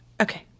okay